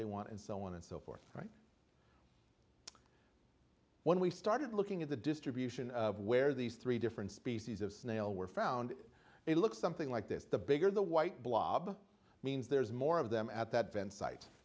they want and so on and so forth when we started looking at the distribution of where these three different species of snail were found it looks something like this the bigger the white blob means there's more of them at that than site